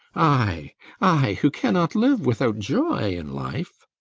i i who cannot live without joy in life!